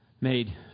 made